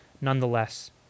nonetheless